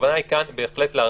הכוונה כאן היא בהחלט להרחיב.